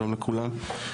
שלום לכולם.